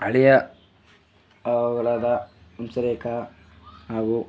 ಹಳಿಯ ಆವುಗಳಾದ ಹಂಸಲೇಖ ಹಾಗೂ